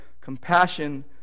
compassion